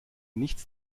nichts